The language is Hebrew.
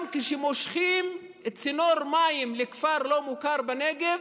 גם כשמושכים צינור מים מכפר לא מוכר בנגב,